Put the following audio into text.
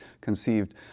conceived